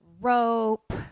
rope